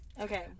Okay